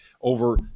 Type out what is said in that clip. over